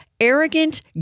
arrogant